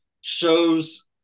shows